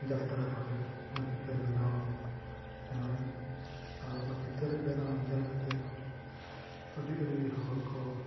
ᱡᱟᱛᱨᱟ ᱠᱚᱨᱮ ᱚᱱᱟ ᱪᱤᱛᱟᱹᱨ ᱵᱮᱱᱟᱣ ᱵᱮᱱᱟᱣ ᱟᱹᱧ ᱟᱨ ᱚᱱᱟ ᱪᱤᱛᱟᱹᱨ ᱵᱮᱱᱟᱣ ᱧᱮᱞ ᱠᱟᱛᱮᱫ ᱟᱹᱰᱤ ᱟᱹᱰᱤ ᱦᱚᱲ ᱠᱚ